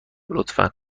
لطفا